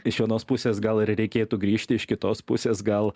iš vienos pusės gal ir reikėtų grįžti iš kitos pusės gal